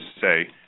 say